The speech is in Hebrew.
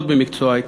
אחות במקצועה,